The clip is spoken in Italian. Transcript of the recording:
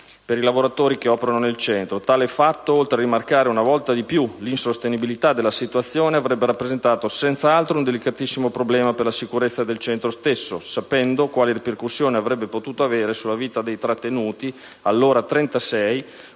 per i lavoratori che operano nel centro. Tale fatto, oltre a rimarcare una volta di più l'insostenibilità della situazione, avrebbe rappresentato senz'altro un delicatissimo problema per la sicurezza del centro stesso, sapendo quali ripercussioni avrebbe potuto avere sulla vita dei trattenuti, allora 36,